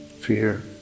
Fear